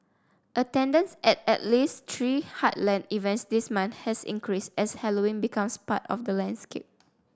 attendance at at least three heartland events this month has increased as Halloween becomes part of the landscape